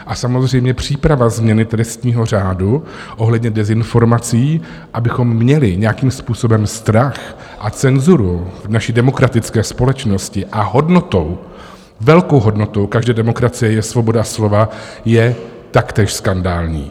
A samozřejmě příprava změny trestního řádu ohledně dezinformací, abychom měli nějakým způsobem strach a cenzuru v naší demokratické společnosti a hodnotou, velkou hodnotou každé demokracie je svoboda slova je taktéž skandální.